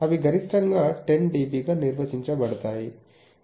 అవి గరిష్టంగా 10dB గా నిర్వచించబడతాయి